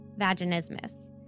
vaginismus